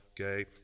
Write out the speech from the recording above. okay